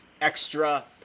extra